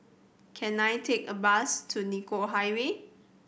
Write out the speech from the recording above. can I take a bus to Nicoll Highway